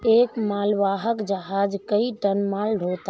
एक मालवाहक जहाज कई टन माल ढ़ोता है